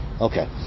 Okay